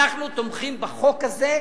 אנחנו תומכים בחוק הזה.